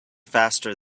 faster